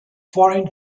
foreign